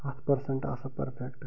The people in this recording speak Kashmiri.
ہَتھ پٔرسَنٛٹ آسان پٔرفیٚکٹہٕ